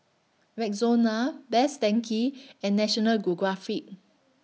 Rexona Best Denki and National Geographic